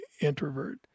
Introvert